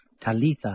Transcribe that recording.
Talitha